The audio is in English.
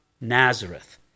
Nazareth